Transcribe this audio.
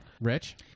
rich